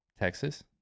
Texas